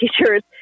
teachers